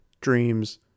dreams